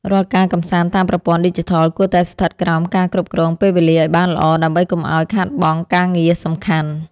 រាល់ការកម្សាន្តតាមប្រព័ន្ធឌីជីថលគួរតែស្ថិតក្រោមការគ្រប់គ្រងពេលវេលាឱ្យបានល្អដើម្បីកុំឱ្យខាតបង់ការងារសំខាន់។